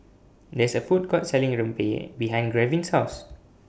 There IS A Food Court Selling Rempeyek behind Gavyn's House